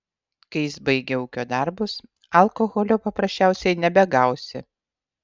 kai jis baigia ūkio darbus alkoholio paprasčiausiai nebegausi